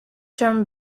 term